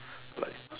like